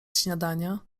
śniadania